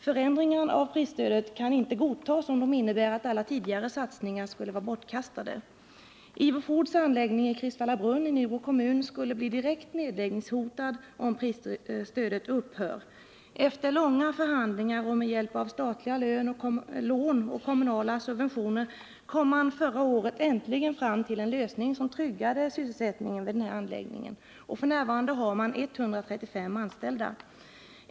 Förändringar av prisstödet kan ej godtas om de innebär att alla tidigare satsningar skulle vara bortkastade. Ivo Foods anläggning i Kristvallabrunn, Nybro kommun, skulle bli direkt nedläggningshotad om prisstödet upphör. Efter långa förhandlingar och med hjälp av statliga lån och kommunala subventioner kom man förra året ämligen fram till en lösning som tryggade sysselsättningen vid den här anläggningen. F.n. har man där 135 anställda.